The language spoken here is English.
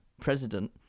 president